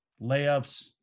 layups